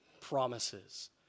promises